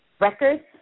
records